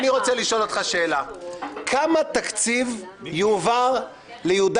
אני רוצה לשאול שאלה: כמה תקציב יועבר ליהודה